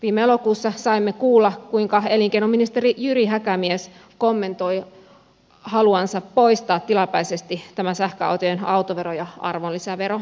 viime elokuussa saimme kuulla kuinka elinkeinoministeri jyri häkämies kommentoi haluansa poistaa tilapäisesti tämän sähköautojen autoveron ja arvonlisäveron